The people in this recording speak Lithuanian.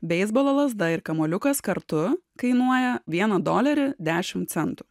beisbolo lazda ir kamuoliukas kartu kainuoja vieną dolerį dešimt centų